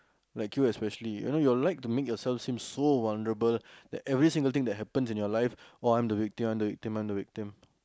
like you especially you know you like to make yourself seem so vulnerable that every single thing that happens in your life oh I'm the victim I'm the victim I'm the victim